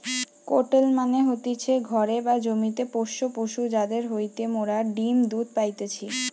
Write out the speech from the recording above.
কাটেল মানে হতিছে ঘরে বা জমিতে পোষ্য পশু যাদির হইতে মোরা ডিম্ দুধ পাইতেছি